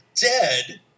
dead